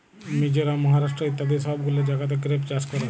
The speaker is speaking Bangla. মিজরাম, মহারাষ্ট্র ইত্যাদি সব গুলা জাগাতে গ্রেপ চাষ ক্যরে